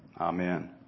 Amen